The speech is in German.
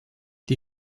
die